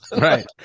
Right